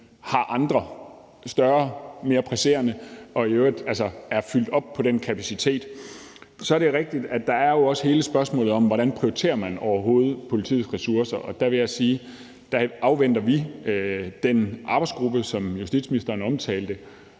har andre, større og mere presserende opgaver og desuden er fyldt op på den kapacitet. Så er det rigtigt, at der også er hele spørgsmålet om, hvordan man overhovedet prioriterer politiets ressourcer. Der vil jeg sige, at der afventer vi den arbejdsgruppe, som justitsministeren omtalte,